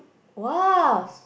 !wow!